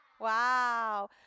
Wow